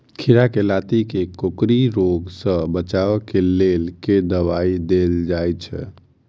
खीरा केँ लाती केँ कोकरी रोग सऽ बचाब केँ लेल केँ दवाई देल जाय छैय?